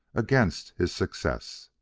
against his success.